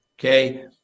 Okay